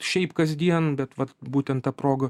šiaip kasdien bet vat būtent ta proga